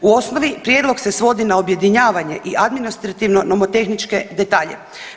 U osnovi prijedlog se svodi na objedinjavanje i administrativno nomotehničke detalje.